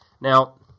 Now